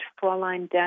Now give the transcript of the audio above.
Fraulein